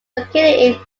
located